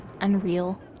unreal